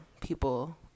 people